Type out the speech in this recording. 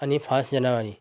अनि फर्स्ट जनवरी